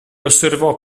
osservò